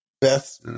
Beth